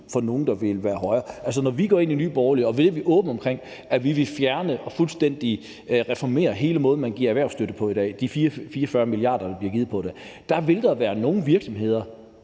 for nogle vil betyde højere skat. Når vi i Nye Borgerlige går ind og er åbne omkring, at vi vil fjerne og fuldstændig reformere hele måden, man giver erhvervsstøtte på i dag – de 44 mia. kr., der bliver givet på det – så vil der være nogle virksomheder,